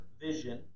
vision